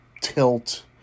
tilt